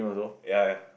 ya ya